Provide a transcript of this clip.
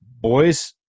boys